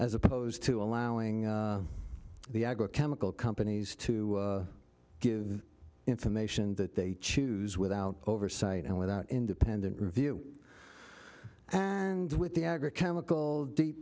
as opposed to allowing the agro chemical companies to give information that they choose without oversight and without independent review and with the agra chemical deep